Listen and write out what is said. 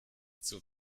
zur